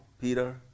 Peter